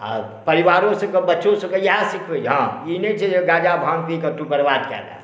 आ परिवारो सबके बच्चो सबके इएहे सिखबै छियै हॅं ई नहि छै जे गाजा भांग पीबिकए तू बरबाद कए लए